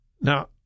Now